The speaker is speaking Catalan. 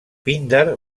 píndar